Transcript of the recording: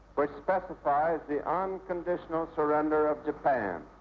which specifies the unconditional surrender of japan.